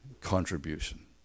contribution